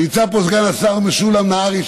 ונמצא פה סגן השר משולם נהרי,